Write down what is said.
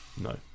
no